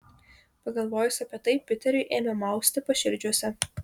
pagalvojus apie tai piteriui ėmė mausti paširdžiuose